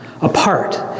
apart